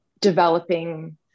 developing